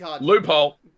Loophole